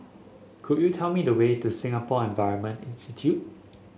could you tell me the way to Singapore Environment Institute